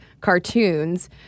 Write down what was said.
cartoons